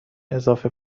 اضافه